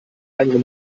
eigenen